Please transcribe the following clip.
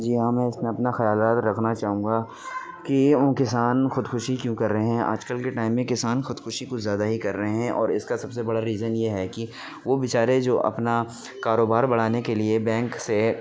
جی ہاں میں اس میں اپنے خیال ویال رکھنا چاہوں گا کیوں کہ کسان خودکشی کیوں کر رہے ہیں آجکل کے ٹائم میں کسان خودکشی کچھ زیادہ ہی کر رہے ہیں اور اس کا سب سے بڑا ریزن یہ ہے کہ وہ بےچارے جو اپنا کاروبار بڑھانے کے لیے بینک سے